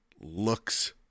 looks